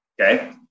Okay